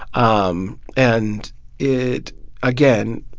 um and it again,